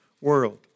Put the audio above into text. world